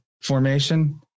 formation